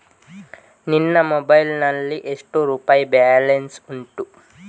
ನಿನ್ನ ಮೊಬೈಲ್ ನಲ್ಲಿ ಎಷ್ಟು ರುಪಾಯಿ ಬ್ಯಾಲೆನ್ಸ್ ಉಂಟು?